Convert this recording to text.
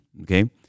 Okay